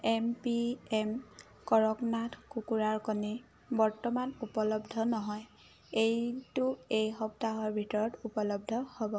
M P M Kadaknath কুকুৰাৰ কণী বৰ্তমান উপলব্ধ নহয় এইটো এই সপ্তাহৰ ভিতৰত উপলব্ধ হ'ব